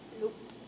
Nope